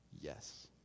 yes